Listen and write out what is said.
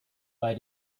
bei